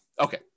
Okay